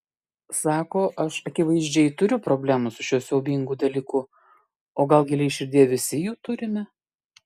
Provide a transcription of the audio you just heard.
sako aš akivaizdžiai turiu problemų su šiuo siaubingu dalyku o gal giliai širdyje visi jų turime